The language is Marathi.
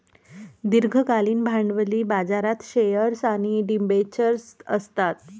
दीर्घकालीन भांडवली बाजारात शेअर्स आणि डिबेंचर्स असतात